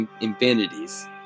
infinities